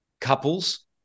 couples